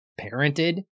parented